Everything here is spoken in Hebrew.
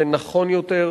זה נכון יותר,